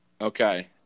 Okay